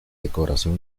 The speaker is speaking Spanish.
decoración